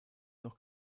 noch